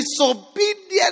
disobedient